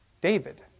David